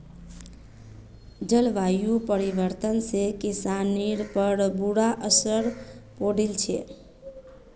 जलवायु परिवर्तन से किसानिर पर बुरा असर पौड़ील छे